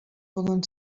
poden